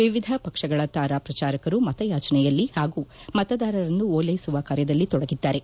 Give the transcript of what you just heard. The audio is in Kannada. ವಿವಿಧ ಪಕ್ಷಗಳ ತಾರಾ ಪ್ರಚಾರಕರು ಮತಯಾಚನೆಯಲ್ಲಿ ಪಾಗೂ ಮತದಾರರನ್ನು ಓಲ್ಯೆಸುವ ಕಾರ್ಯದಲ್ಲಿ ತೊಡಗಿದ್ದಾರೆ